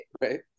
right